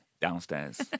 downstairs